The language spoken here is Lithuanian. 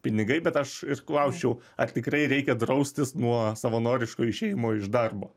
pinigai bet aš ir klausčiau ar tikrai reikia draustis nuo savanoriško išėjimo iš darbo